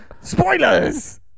spoilers